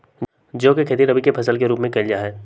जौ के खेती रवि फसल के रूप में कइल जा हई